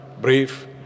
brief